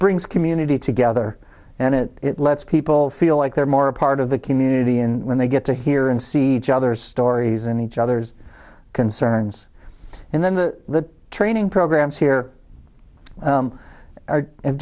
brings community together and it lets people feel like they're more a part of the community and when they get to hear and see each other's stories and each other's concerns and then the training programs here